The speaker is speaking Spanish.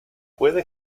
puede